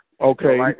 Okay